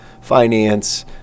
finance